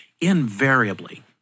invariably